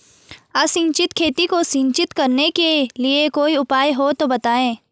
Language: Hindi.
असिंचित खेती को सिंचित करने के लिए कोई उपाय हो तो बताएं?